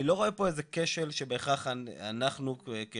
אני לא מקבל את העמדה הזו,